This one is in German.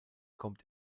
kommt